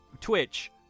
Twitch